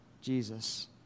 Jesus